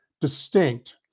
distinct